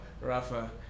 Rafa